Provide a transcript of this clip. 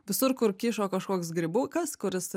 visur kur kyšo kažkoks grybukas kuris